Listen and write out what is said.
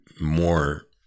more